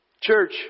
Church